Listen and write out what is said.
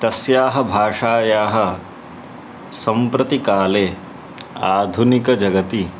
तस्याः भाषायाः सम्प्रति काले आधुनिकजगति